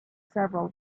several